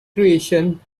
creation